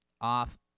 off